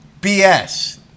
BS